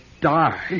die